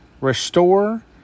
restore